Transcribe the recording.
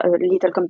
little